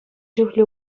чухлӗ